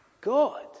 God